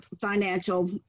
financial